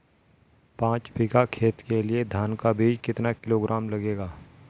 पाँच बीघा खेत के लिये धान का बीज कितना किलोग्राम लगेगा?